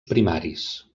primaris